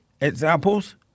examples